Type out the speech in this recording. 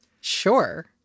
Sure